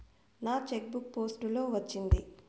నా cheque book post లో వచ్చింది